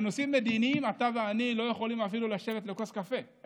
בנושאים מדיניים אתה ואני לא יכולים אפילו לשבת לכוס קפה,